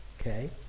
okay